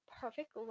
perfect